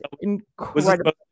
incredible